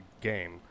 Game